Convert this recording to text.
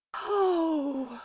oh!